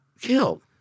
killed